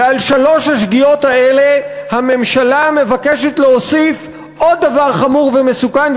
ועל שלוש השגיאות האלה הממשלה מבקשת להוסיף עוד דבר חמור ומסוכן,